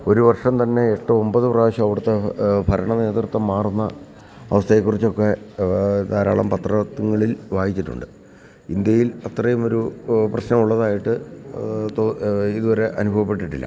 ഒരു വർഷം തന്നെ എട്ട് ഒമ്പതു പ്രാവശ്യം അവിടുത്തെ ഭരണ നേതൃത്വം മാറുന്ന അവസ്ഥയെക്കുറിച്ചൊക്കെ ധാരാളം പത്രങ്ങളിൽ വായിച്ചിട്ടുണ്ട് ഇൻഡ്യയിൽ അത്രയും ഒരു പ്രശ്നമുള്ളതായിട്ട് ഇതുവരെ അനുഭവപ്പെട്ടിട്ടില്ല